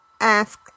ask